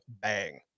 bang